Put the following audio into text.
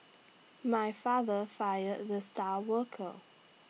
my father fired the star worker